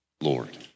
Lord